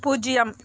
பூஜ்ஜியம்